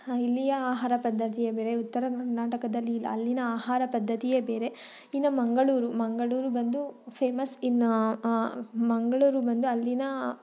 ಇಲ್ಲಿಯ ಆಹಾರ ಪದ್ಧತಿಯೇ ಬೇರೆ ಉತ್ತರ ಕರ್ನಾಟಕದಲ್ಲಿ ಅಲ್ಲಿನ ಆಹಾರ ಪದ್ಧತಿಯೇ ಬೇರೆ ಇನ್ನು ಮಂಗಳೂರು ಮಂಗಳೂರು ಬಂದು ಫೇಮಸ್ ಇನ್ನು ಮಂಗಳೂರು ಬಂದು ಅಲ್ಲಿನ